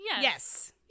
Yes